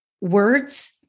words